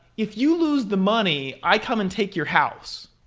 if you lose the money, i come and take your house?